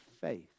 faith